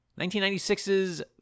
1996's